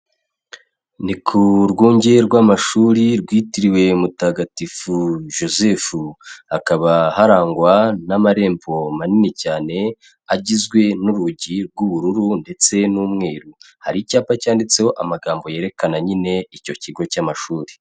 Ni ku rwunge rw'amashuri rwitiriwe Mutagatifu Joseph, hakaba harangwa n'amarembo manini cyane agizwe n'urugi rw'ubururu ndetse n'umweru, hari icyapa cyanditseho amagambo yerekana nyine icyo kigo cy'amashuri.